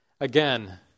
Again